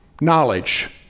knowledge